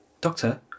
Doctor